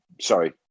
Sorry